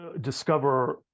Discover